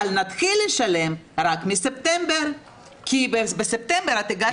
אבל נתחיל לשלם רק מספטמבר כי בספטמבר את הגשת את הבקשה.